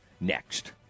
next